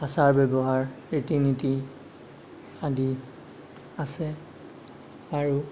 আচাৰ ব্যৱহাৰ ৰীতি নীতি আদি আছে আৰু